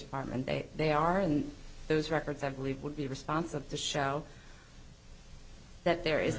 department and they are and those records i believe would be responsive to show that there is